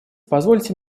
позвольте